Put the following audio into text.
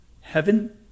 heaven